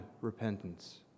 repentance